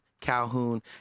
Calhoun